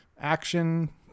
action